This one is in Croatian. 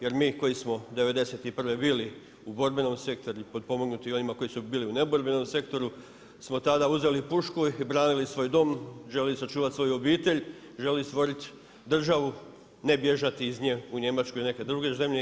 Jer mi koji smo '91. bili u borbenom sektoru i potpomognuti onima koji su bili u neborbenom sektoru smo tada uzeli pušku i branili svoj dom, željeli sačuvati svoju obitelj, željeli stvoriti državu ne bježati iz nje u Njemačku ili neke druge zemlje.